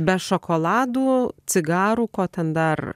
be šokoladų cigarų ko ten dar